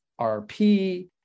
RP